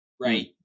right